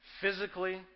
physically